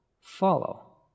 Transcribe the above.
follow